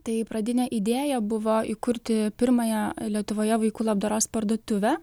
tai pradinė idėja buvo įkurti pirmąją lietuvoje vaikų labdaros parduotuvę